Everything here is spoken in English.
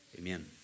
Amen